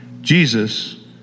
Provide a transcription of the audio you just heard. Jesus